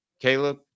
caleb